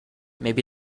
maybe